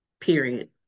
period